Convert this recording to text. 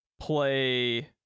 Play